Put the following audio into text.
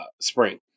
spring